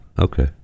Okay